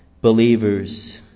believers